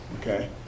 okay